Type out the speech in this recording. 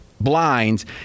Blinds